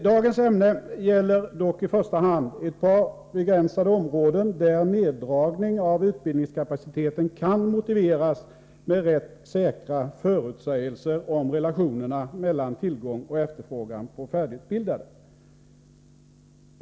Dagens ämne gäller dock i första hand ett par begränsade områden där en neddragning av utbildningskapaciteten kan motiveras med rätt säkra förutsägelser om relationerna mellan tillgång och efterfrågan på färdigutbildade.